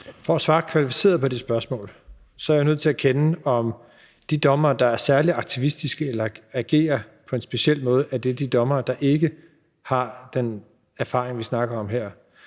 For at svare kvalificeret på det spørgsmål, er jeg nødt til at vide, om de dommere, der er særlig aktivistiske eller agerer på en speciel måde, er de dommere, der ikke har den erfaring, vi snakker om her.